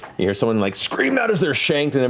you hear someone like scream out as they're shanked and